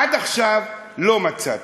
עד עכשיו לא מצאתי.